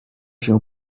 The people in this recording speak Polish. się